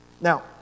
Now